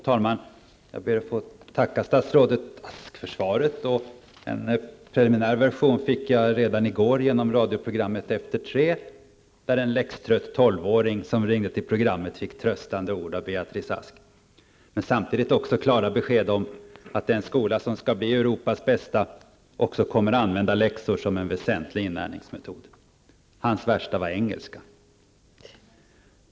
Fru talman! Jag ber att få tacka statsrådet Ask för svaret. En preliminär version av svaret fick jag redan i går genom radioprogrammet Efter tre, där en läxtrött tolvåring som ringde till programmet fick tröstande ord av Beatrice Ask men samtidigt klara besked om att den skola som skall bli Europas bästa också kommer att använda läxor som en väsentlig inlärningsmetod. Tolvåringens värsta ämne var engelska.